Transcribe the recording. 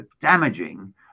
damaging